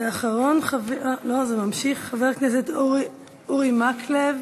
ואחרון חביב, לא, זה ממשיך, חבר הכנסת אורי מקלב